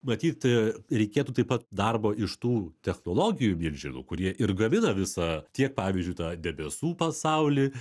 matyt reikėtų taip pat darbo iš tų technologijų milžinų kurie ir gamina visą tiek pavyzdžiui tą debesų pasaulį